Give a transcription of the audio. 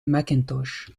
macintosh